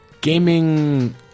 gaming